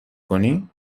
کنی